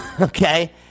Okay